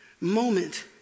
moment